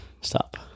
stop